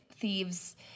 thieves